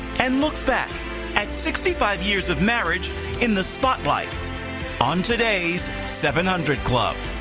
and look back at sixty five years of marriage in the spotlight on today's seven hundred club.